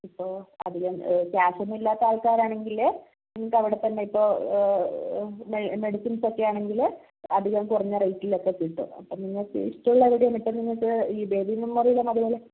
ഇപ്പോൾ അധികം ക്യാഷ് ഒന്നും ഇല്ലാത്ത ആൾക്കാരാണെങ്കിൽ നിങ്ങൾക്ക് അവിടെ തന്നെ ഇപ്പോൾ മെ മെഡിസിൻസ് ഒക്കെ ആണെങ്കിൽ അധികം കുറഞ്ഞ റേറ്റിലൊക്കെ കിട്ടും അപ്പോൾ നിങ്ങൾക്ക്